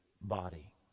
body